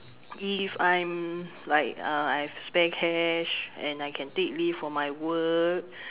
if I'm like uh I have spare cash and I can take leave from my work